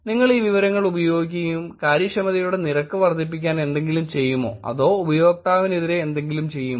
നിങ്ങൾ ഈ വിവരങ്ങൾ ഉപയോഗിക്കുകയും കാര്യക്ഷമതയുടെ നിരക്ക് വർദ്ധിപ്പിക്കാൻ എന്തെങ്കിലും ചെയ്യുമോ അതോ ഉപയോക്താവിനെതിരെ എന്തെങ്കിലും ചെയ്യുമോ